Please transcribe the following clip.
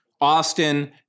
Austin